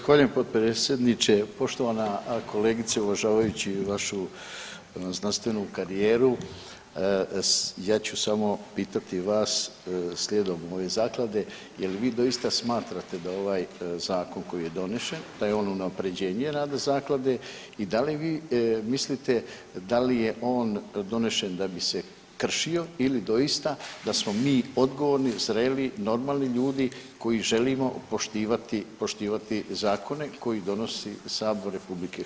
Zahvaljujem potpredsjedniče, poštovana kolegice, uvažavajući vašu znanstvenu karijeru, ja ću samo pitati vas, slijedom ove Zaklade, je li vi doista smatrate da ovaj zakon koji je donešen da je on unaprjeđenje rada Zaklade i da li vi mislite da li je on donešen da bi se kršio ili doista, da smo mi odgovorni, zreli, normalni ljudi koji želimo poštivati zakone koji donosi Sabor RH.